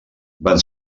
van